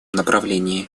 направлении